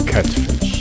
Catfish